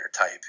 type